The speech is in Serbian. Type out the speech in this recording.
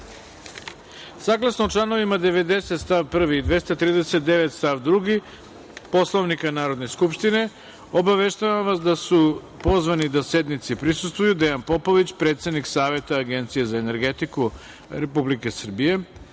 GODINE.Saglasno članu 90. stav 1. i 239. stav 2. Poslovnika Narodne skupštine, obaveštavam vas da su pozvani da sednici prisustvuju Dejan Popović, predsednik Saveta Agencije za energetiku Republike Srbije,